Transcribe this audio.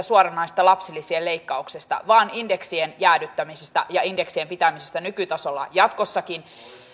suoranaisesta lapsilisien leikkauksesta vaan indeksien jäädyttämisestä ja indeksien pitämisestä nykytasolla jatkossakin